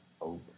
over